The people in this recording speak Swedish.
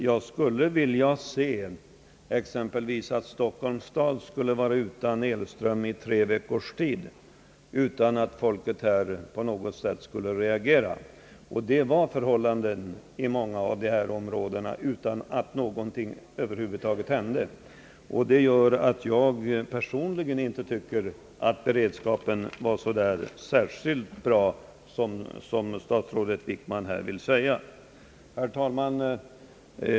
Jag skulle vilja se att exempelvis Stockholms stad skulle vara utan elström i tre veckors tid utan att folket här på något sätt skulle reagera — och så länge var man utan elström i många av dessa områden utan att någonting över huvud taget hände. Därför tycker jag personligen inte att beredskapen var så bra som statsrådet Wickman här säger. Herr talman!